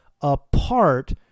Apart